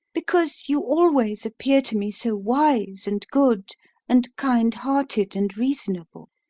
because you always appear to me so wise and good and kind-hearted and reasonable